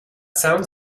sounds